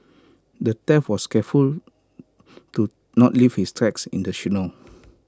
the thief was careful to not leave his tracks in the snow